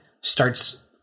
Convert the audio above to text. starts